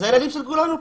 אלה הילדים של כולנו כאן.